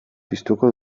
piztuko